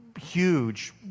huge